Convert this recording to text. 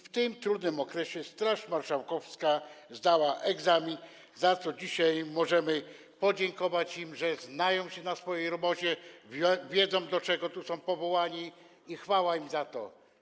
W tym trudnym okresie Straż Marszałkowska zdała egzamin, za co dzisiaj możemy jej podziękować - strażnicy znają się na swojej robocie, wiedzą, do czego są powołani, i chwała im za to.